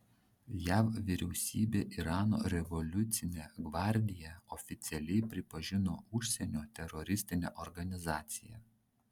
jav vyriausybė irano revoliucinę gvardiją oficialiai pripažino užsienio teroristine organizacija